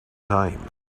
time